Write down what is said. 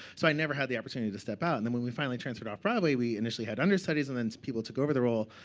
so i never had the opportunity to step out. and when we we finally transferred off-broadway, we initially had understudies. and then people took over the role.